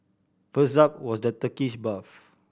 first up was the Turkish bath